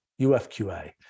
UFQA